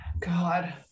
God